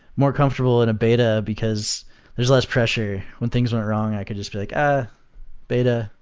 more comfortable in a beta because there's less pressure. when things went wrong, i could just be like, ah beta.